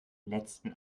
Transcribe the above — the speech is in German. letzten